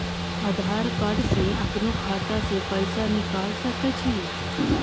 आधार कार्ड से अपनो खाता से पैसा निकाल सके छी?